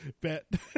bet